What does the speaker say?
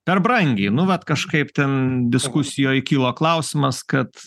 per brangiai nu vat kažkaip ten diskusijoj kylo klausimas kad